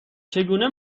چگونه